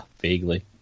vaguely